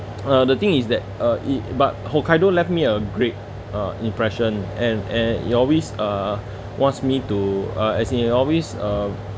uh the thing is that uh it but hokkaido left me a great uh impression and and it always uh wants me to uh as in it always uh